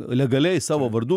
legaliai savo vardu